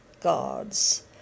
gods